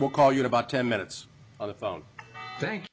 we'll call you about ten minutes on the phone thank